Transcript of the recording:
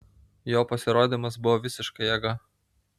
jo pasirodymas buvo visiška jėga